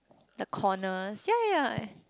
the corners ya ya